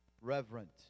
reverent